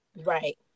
right